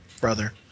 brother